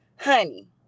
Honey